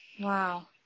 Wow